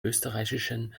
österreichischen